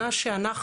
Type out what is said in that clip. שאנחנו